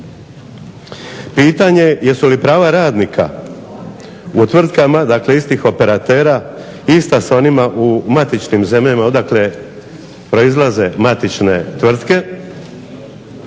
Pitanje jesu li prava radnika u tvrtkama istih operatera ista s onima u matičnim zemljama odakle proizlaze matične tvrtke,